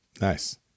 Nice